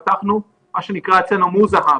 פתחנו מה שנקרא אצלנו "מוזה האב".